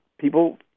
people